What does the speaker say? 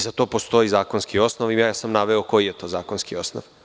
Za to postoji zakonski osnov i naveo sam koji je to zakonski osnov.